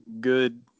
good